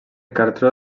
cartó